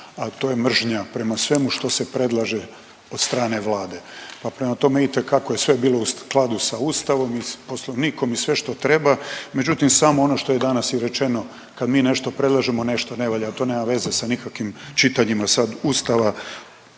a to je mržnja prema svemu što se predlaže od strane Vlade. Pa prema tome, itekako je sve bilo u skladu sa Ustavom i s Poslovnikom i sve što treba, međutim, samo ono što je danas i rečeno, kad mi nešto predlažemo, nešto ne valja, a to nema veze sa nikakvim čitanjima sad Ustava,